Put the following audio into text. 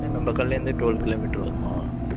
ஆ நம்ம கடையிலேருந்து twelve kilometre வருமா